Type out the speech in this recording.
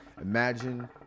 imagine